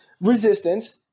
resistance